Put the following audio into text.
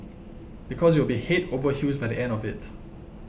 because you will be head over heels by the end of it